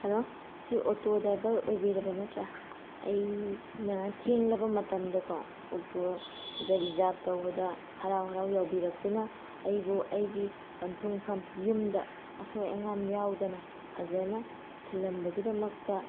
hello ꯁꯤ auto driver ꯑꯣꯏꯕꯤꯔꯕ ꯅꯠꯇ꯭ꯔꯥ ꯑꯩꯅ ꯊꯦꯡꯂꯕ ꯃꯇꯝꯗꯀꯣ ꯑꯣꯇꯣꯗ ꯔꯤꯖꯥꯕ ꯇꯧꯕꯗ ꯍꯥꯔꯥꯎ ꯍꯥꯔꯥꯎ ꯌꯥꯕꯤꯔꯛꯇꯨꯅ ꯑꯩꯕꯨ ꯑꯩꯒꯤ ꯄꯟꯊꯨꯡꯐꯝ ꯌꯨꯝꯗ ꯑꯁꯣꯏ ꯑꯉꯥꯝ ꯌꯥꯎꯗꯅ ꯐꯖꯅ ꯊꯤꯜꯂꯝꯕꯒꯤꯗꯃꯛꯇ